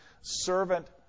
Servant